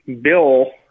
Bill